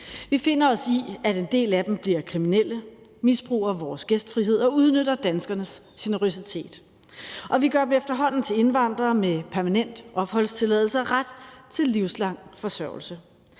Vi finder os i, at en del af dem bliver kriminelle, misbruger vores gæstfrihed og udnytter danskernes generøsitet, og vi gør dem efterhånden til indvandrere med permanent opholdstilladelse og ret til livslang forsørgelse.